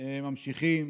אנחנו ממשיכים